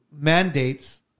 mandates